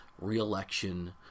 re-election